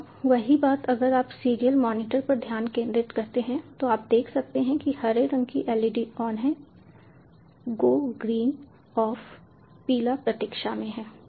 अब वही बात अगर आप सीरियल मॉनिटर पर ध्यान केंद्रित करते हैं तो आप देख सकते हैं कि हरे रंग की LED ऑन है गो ग्रीन ऑफ पीला प्रतीक्षा में है